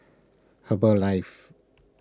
Herbalife